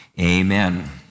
amen